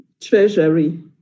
Treasury